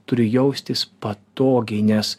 turi jaustis patogiai nes